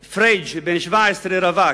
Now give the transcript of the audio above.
פריג', בן 17, רווק,